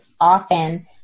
often